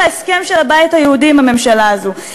על ההסכם של הבית היהודי עם הממשלה הזאת,